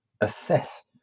assess